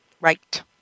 Right